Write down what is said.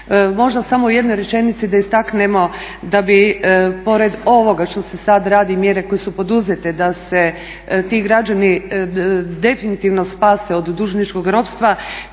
Možda samo u jednoj rečenici da istaknemo da bi pored ovoga što se sad radi, mjere koje su poduzete da se ti građani definitivno spase od dužničkog ropstva